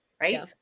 right